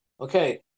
okay